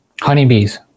Honeybees